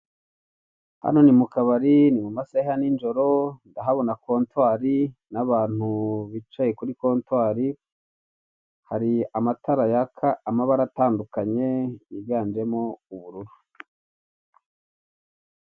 Hano ni mu kabari ni mu masaha ya nijoro ndahabona kontwari n'abantu bicaye kuri kontwari, hari amatara yaka amabara atandukanye yiganjemo ubururu.